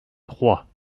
trois